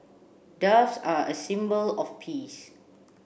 doves are a symbol of peace